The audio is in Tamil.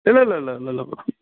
இல்லை இல்லை இல்லை இல்லை